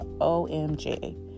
Omg